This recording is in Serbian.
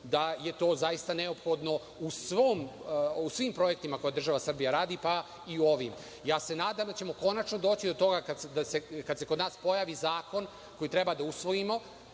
da je to zaista neophodno u svim projektima koje država Srbija radi, pa i u ovim. Nadam se da ćemo konačno doći do toga, kada se kod nas pojavi zakon koji treba da usvojimo,